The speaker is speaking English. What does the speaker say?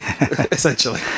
essentially